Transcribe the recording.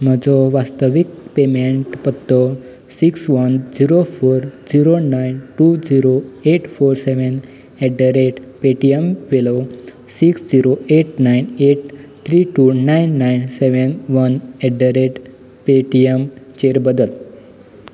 म्हजो वास्तवीक पेमेंट पत्तो six one zero four zero nine two zero eight four seven eight the rate पे टी एमवेलो six zero eight nine eight three two nine nine seven one eight the rate पे टी एमचेर बदल